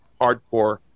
Hardcore